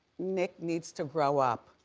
nick needs to grow up.